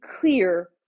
clear